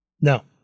No